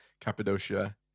Cappadocia